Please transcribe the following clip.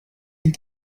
mnie